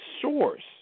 source